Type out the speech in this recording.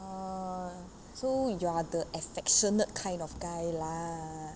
uh so if you are the affectionate kind of guy lah